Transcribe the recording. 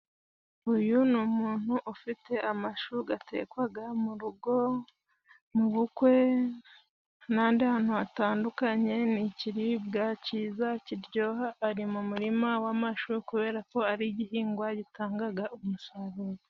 Uyu ni umuntu ufite amashu gatekwaga mu rugo, mu bukwe n'ahandi hantu hatandukanye, ni ikiribwa kiza kiryoha, ari mu murima w'amashu kubera ko ari igihingwa gitangaga umusaruro.